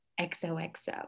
XOXO